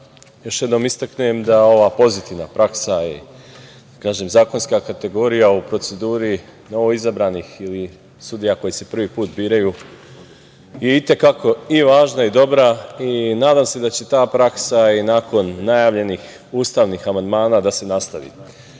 još jednom istaknem da ova pozitivna praksa i da kažem zakonska kategorija u proceduri novoizabranih ili sudija koji se prvi put biraju je itekako važna i dobra i nadam se da će ta praksa i nakon najavljenih ustavnih amandmana da se